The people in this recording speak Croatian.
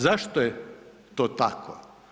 Zašto je to tako?